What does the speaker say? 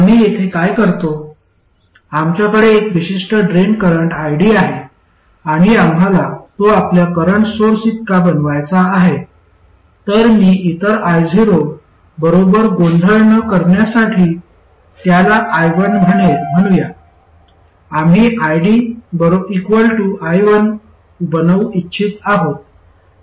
आम्ही येथे काय करतो आमच्याकडे एक विशिष्ट ड्रेन करंट ID आहे आणि आम्हाला तो आपल्याला करंट सोर्सइतका बनवायचा आहे तर मी इतर io बरोबर गोंधळ न करण्यासाठी त्याला I1 म्हणूया आम्ही ID I1 बनवू इच्छित आहोत